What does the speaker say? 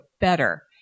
better